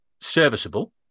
serviceable